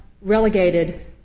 relegated